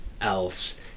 else